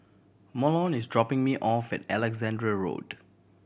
Mahlon is dropping me off at Alexandra Road